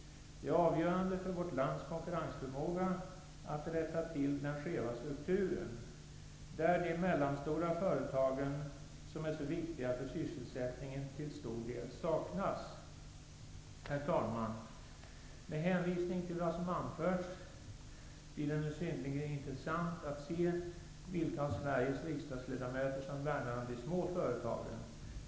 Det är avgörande för vårt lands konkurrensförmåga att vi rättar till den skeva strukturen, där de mellanstora företagen, som är så viktiga för sysselsättningen, till stor del saknas. Herr talman! Med tanke på vad som anförts blir det nu synnerligen intressant att se vilka av Sveriges riksdagsledamöter som värnar om de små företagen.